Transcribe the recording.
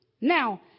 Now